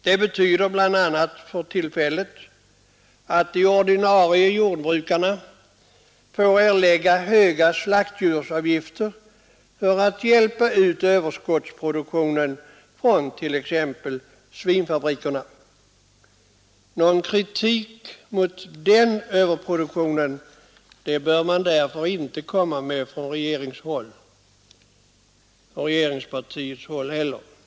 Detta betyder bl.a.. att de ordinarie jordbrukarna får erlägga höga slaktdjursavgifter för att hjälpa ut överskottsproduktionen från t.ex. svinfabrikerna. Någon kritik mot denna överproduktion bör man därför inte komma med från regeringshåll eller från regeringspartiet.